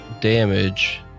damage